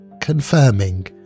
Confirming